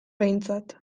behintzat